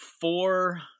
four